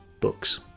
books